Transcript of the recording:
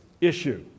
issue